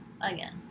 Again